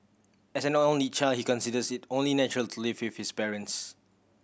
as an only child he considers it only natural to live with his parents